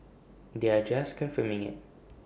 they are just confirming IT